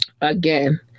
again